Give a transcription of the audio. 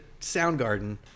Soundgarden